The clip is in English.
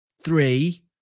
three